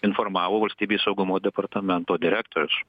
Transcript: informavo valstybės saugumo departamento direktorius